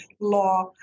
law